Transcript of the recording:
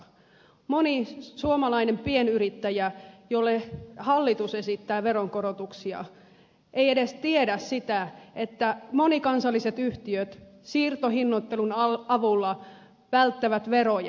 moni suomalainen pienyrittäjä jolle hallitus esittää veronkorotuksia ei edes tiedä sitä että monikansalliset yhtiöt siirtohinnoittelun avulla välttävät veroja